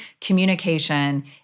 communication